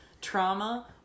trauma